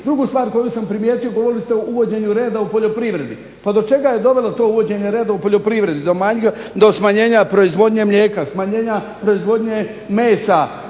Drugu stvar koju sam primijetio govorili ste o uvođenju reda u poljoprivredi. Pa do čega je dovelo to uvođenje reda u poljoprivredi? Do smanjenja proizvodnje mlijeka, smanjenja proizvodnje mesa,